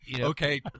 Okay